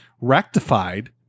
rectified